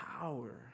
power